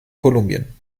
kolumbien